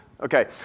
Okay